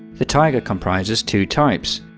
the taiga comprises two types,